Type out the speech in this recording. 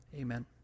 Amen